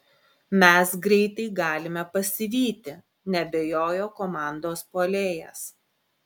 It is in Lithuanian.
mes greitai galime pasivyti neabejojo komandos puolėjas